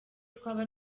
twaba